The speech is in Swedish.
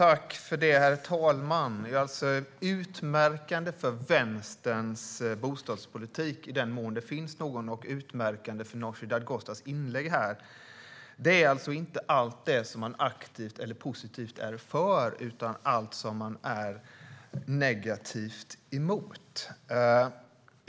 Herr talman! Utmärkande för Vänsterns bostadspolitik, i den mån det finns någon, och utmärkande för Nooshi Dadgostars inlägg här är inte allt det som man är aktivt och positivt för utan allt som man är negativ till och emot.